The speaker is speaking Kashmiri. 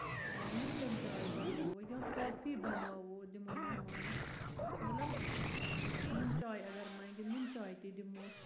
یا لَپٹَن چاے بَناوو یا کافی بَناوو پَتہٕ دِمو مہمانَس مطلب نوٗنہٕ چاے اَگر مَنگہِ نوٗن چاے تہِ دِموس